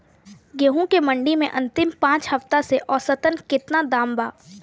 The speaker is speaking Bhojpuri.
गेंहू के मंडी मे अंतिम पाँच हफ्ता से औसतन केतना दाम बा?